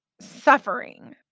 suffering